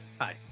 Hi